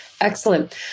excellent